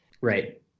right